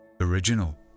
original